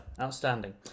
Outstanding